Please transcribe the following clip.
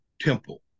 temple